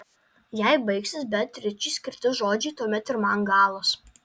jei baigsis beatričei skirti žodžiai tuomet ir man galas